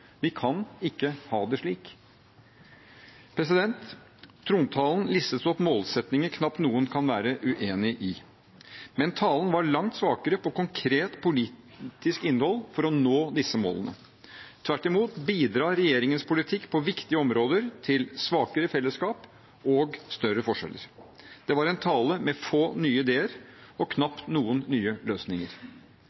Vi kan ikke ha det slik. Trontalen lister opp målsettinger knapt noen kan være uenig i, men talen var langt svakere på konkret politisk innhold for å nå disse målene. Tvert imot bidrar regjeringens politikk på viktige områder til svakere fellesskap og større forskjeller. Det var en tale med få nye ideer og